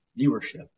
viewership